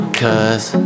cause